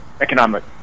economic